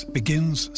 begins